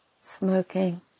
smoking